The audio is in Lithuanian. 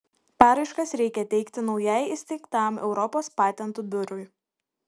paraiškas reikia teikti naujai įsteigtam europos patentų biurui